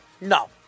No